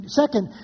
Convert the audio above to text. second